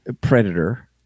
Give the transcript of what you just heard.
predator